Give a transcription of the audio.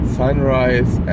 sunrise